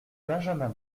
benjamin